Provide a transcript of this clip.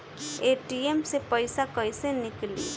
ATM से पइसा कइसे निकली?